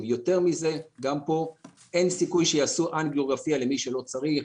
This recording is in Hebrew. גם פה אין סיכוי שיעשו אנגיוגרפיה למי שלא צריך,